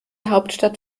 hauptstadt